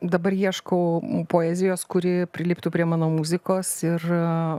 dabar ieškau poezijos kuri priliptų prie mano muzikos ir